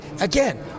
again